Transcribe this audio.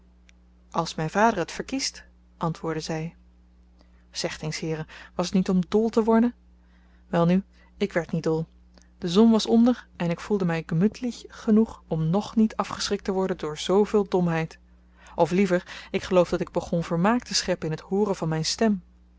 als myn vader het verkiest antwoordde zy zegt eens heeren was t niet om dol te worden welnu ik werd niet dol de zon was onder en ik voelde my gemüthlich genoeg om ng niet afgeschrikt te worden door zveel domheid of liever ik geloof dat ik begon vermaak te scheppen in t hooren van myn stem er